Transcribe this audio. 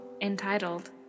entitled